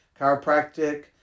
chiropractic